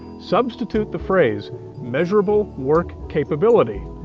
substitute the phrase measurable work capability.